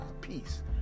peace